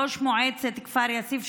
ראש מועצת כפר יאסיף,